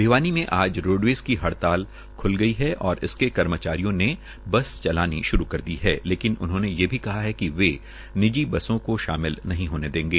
भिवानी के आज रोडवेज़ की हड़ताल खुल गई है और इसके कर्मचारियों ने बस चलानी श्रू कर दी है लेकिन यह भी कहा है कि वे निजी बसों को शामिल नहीं होने देंगे